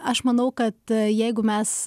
aš manau kad jeigu mes